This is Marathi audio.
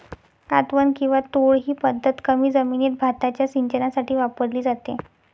कातवन किंवा तोड ही पद्धत कमी जमिनीत भाताच्या सिंचनासाठी वापरली जाते